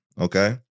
Okay